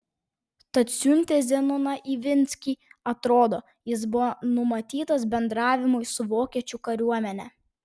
tad siuntė zenoną ivinskį atrodo jis buvo numatytas bendravimui su vokiečių kariuomene